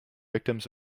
victims